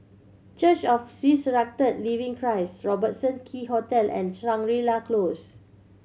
church of the Resurrected Living Christ Robertson Quay Hotel and Shangri La Close